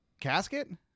casket